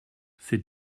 c’est